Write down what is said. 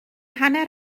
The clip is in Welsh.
hanner